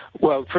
well,